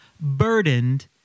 burdened